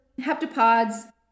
Heptapods